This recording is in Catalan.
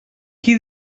qui